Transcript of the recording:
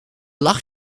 lag